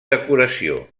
decoració